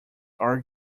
are